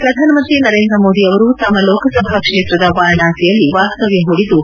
head ಪ್ರಧಾನಮಂತ್ರಿ ನರೇಂದ್ರ ಮೋದಿ ಅವರು ತಮ್ಮ ಲೋಕಸಭಾ ಕ್ಷೇತ್ರದ ವಾರಣಾಸಿಯಲ್ಲಿ ವಾಸ್ತವ್ಯ ಹೂಡಿದ್ದು